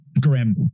grim